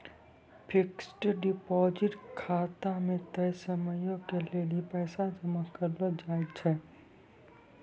fixed deposit खाता मे तय समयो के लेली पैसा जमा करलो जाय छै